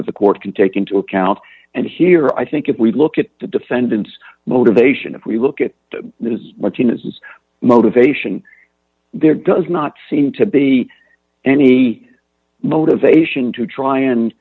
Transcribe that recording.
that the court can take into account and here i think if we look at the defendant's motivation if we look at his motivation there does not seem to be any motivation to try and